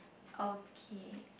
okay